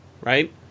right